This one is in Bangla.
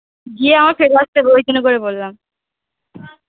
গিয়ে আমার ফেরত আসতে হবে ওই জন্য করে বললাম